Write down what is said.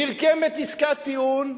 נרקמת עסקת טיעון,